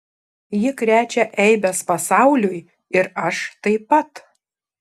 ji krečia eibes pasauliui ir aš taip pat